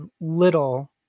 little